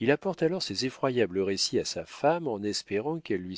il apporte alors ces effroyables histoires à sa femme en espérant qu'elle lui